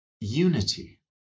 unity